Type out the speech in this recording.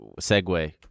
segue